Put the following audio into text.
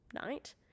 night